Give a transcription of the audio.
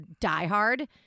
diehard